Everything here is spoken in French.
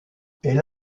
elle